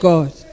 God